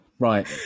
Right